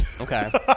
Okay